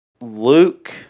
Luke